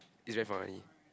it's very funny